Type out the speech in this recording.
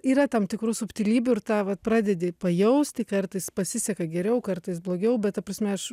yra tam tikrų subtilybių ir tą vat pradedi pajausti kartais pasiseka geriau kartais blogiau bet ta prasme aš